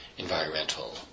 environmental